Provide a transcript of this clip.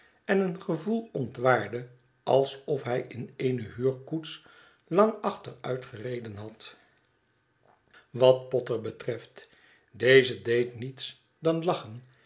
en een gevoel ontwaarde alsof hij in eene huurkoets lang achteruitgereden had wat potter betreft deze deed niets dan lachen